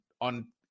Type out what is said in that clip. on